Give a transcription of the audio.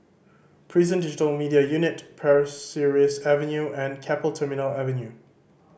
Prison Digital Media Unit Pasir Ris Avenue and Keppel Terminal Avenue